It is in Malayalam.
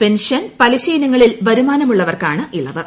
പെൻഷൻ പലിശയിനങ്ങളിൽ വരുമാനമുള്ളവർക്കാണ് ഇളവ്